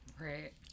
Right